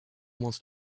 wants